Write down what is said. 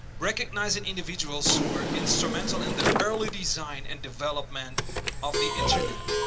recognizing individuals who were instrumental in the early design and development of the internet.